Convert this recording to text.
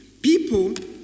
People